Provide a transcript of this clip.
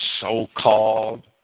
so-called